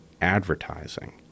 advertising